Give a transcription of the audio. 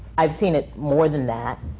i've seen it more than that,